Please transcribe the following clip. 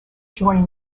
joining